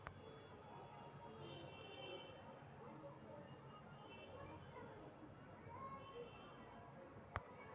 bank सभ के अंतर्गत निजी आ सार्वजनिक क्षेत्र के बैंक सामिल कयल जाइ छइ